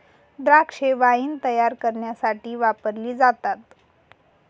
द्राक्षे वाईन तायार करण्यासाठी वापरली जातात